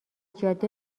جاده